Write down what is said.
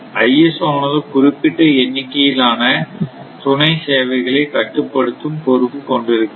ISO ஆனது குறிப்பிட்ட எண்ணிக்கையிலான துணை சேவைகளை கட்டுப்படுத்தும் பொறுப்பு கொண்டிருக்கிறது